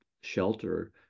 shelter